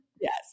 Yes